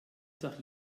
doch